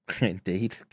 indeed